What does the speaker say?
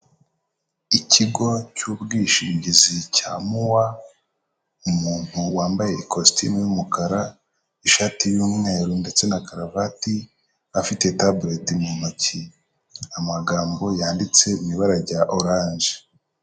Ikigo cy'ubwishingizi cya muwa, umuntu wambaye ikositimu y'umukara, ishati y'umweru ndetse na karuvati, afite tabuleti mu ntoki, amagambo yanditse mu ibara rya oranje.